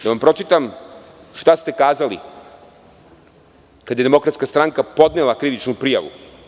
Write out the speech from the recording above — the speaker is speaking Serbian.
Da vam pročitam šta ste kazali kada je Demokratska stranka podnela krivičnu prijavu?